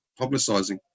publicising